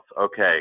Okay